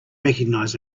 recognize